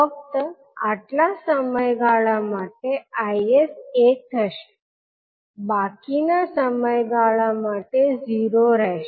ફક્ત આટલા સમયગાળા માટે Is એક થશે બાકીના સમયગાળા માટે 0 રેહશે